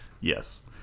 Yes